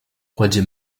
kładzie